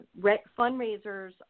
Fundraisers